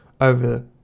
over